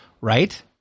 right